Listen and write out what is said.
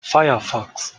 firefox